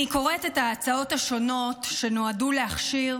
אני קוראת את ההצעות השונות שנועדו להכשיר